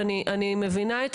ואני מבינה,